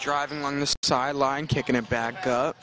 driving along the sideline kicking it back up